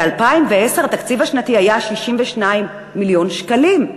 ב-2010 התקציב השנתי היה 62 מיליון שקלים.